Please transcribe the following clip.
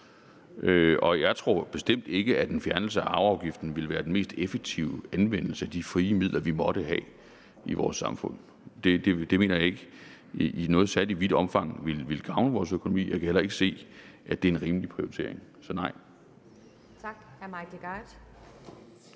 Og jeg tror bestemt ikke, at en fjernelse af arveafgiften vil være den mest effektive anvendelse af de frie midler, vi måtte have i vores samfund. Det mener jeg ikke i noget særlig vidt omfang ville gavne vores økonomi, og jeg kan heller ikke se, at det er en rimelig prioritering. Så svaret